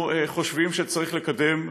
אנחנו חושבים שצריך לקדם,